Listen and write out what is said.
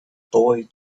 boy